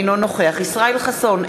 אינו נוכח ישראל חסון,